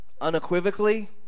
unequivocally